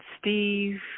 Steve –